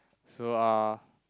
so uh